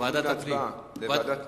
הוועדה